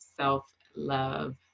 self-love